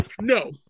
No